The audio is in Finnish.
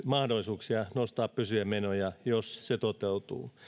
mahdollisuuksia nostaa pysyviä menoja jos se toteutuu